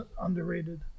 underrated